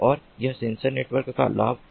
और यह sensor network का लाभ है